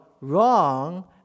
wrong